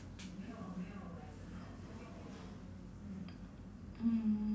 mm